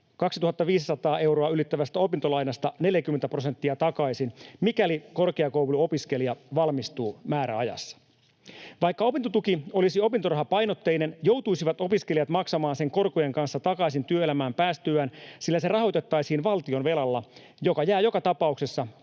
2 500 euroa ylittävästä opintolainasta 40 prosenttia takaisin, mikäli korkeakouluopiskelija valmistuu määräajassa. Vaikka opintotuki olisi opintorahapainotteinen, joutuisivat opiskelijat maksamaan sen korkojen kanssa takaisin työelämään päästyään, sillä se rahoitettaisiin valtionvelalla, joka jää joka tapauksessa